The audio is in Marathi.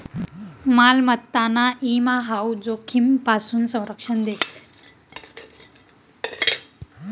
मालमत्ताना ईमा हाऊ जोखीमपासून संरक्षण देस